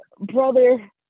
brother